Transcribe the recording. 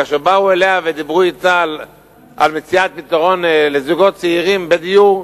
כאשר באו אליה ודיברו אתה על מציאת פתרון לזוגות צעירים בדיור,